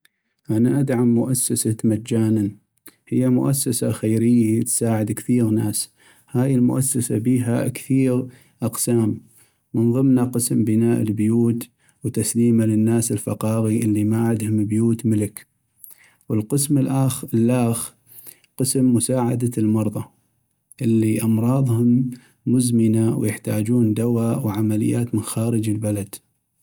انا ادعم مؤسسة مجاناً ، هي مؤسسة خيريي تساعد كثيغ ناس ، هاي المؤسسة بيها كثيغ اقسام من ضمنا قسم بناء البيوت وتسليما للناس الفقاغي اللي ما عدهم بيوت ملك، والقسم اللاخ قسم مساعدة المرضى اللي امراضهم مزمنة ويحتاجون دوا وعمليات من خارج البلد.